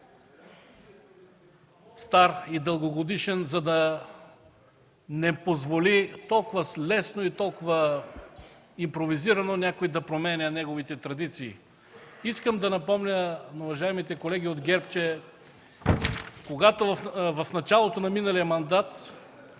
стар и дългогодишен, за да не позволи толкова лесно и толкова импровизирано някой да променя неговите традиции. Искам да напомня на уважаемите колеги от ГЕРБ, че когато в началото на миналия мандат